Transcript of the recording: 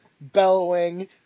bellowing